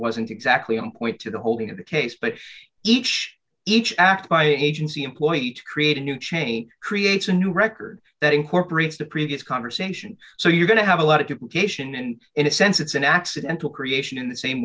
wasn't exactly on point to the holding of the case but each each act by an agency employee to create a new chain creates a new record that incorporates the previous conversation so you're going to have a lot of geisha and in a sense it's an accidental creation in the same